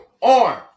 on